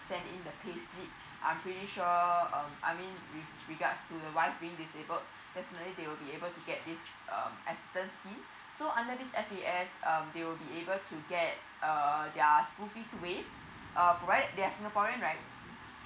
send in the pay slip I'm pretty sure um I mean re~ regards to the wife being disabled definitely they will able to get this um assistance scheme so under this F_A_S um they will be able to get uh their school fee waive um provided they're singaporean right